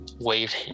wave